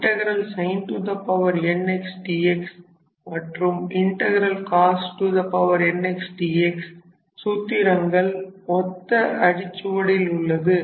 sin n x dx மற்றும் cos n x dx சூத்திரங்கள் ஒத்த அடிச்சுவடுகளில் உள்ளது